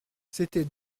c’était